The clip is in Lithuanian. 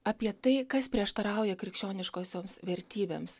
apie tai kas prieštarauja krikščioniškosioms vertybėms